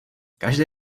každé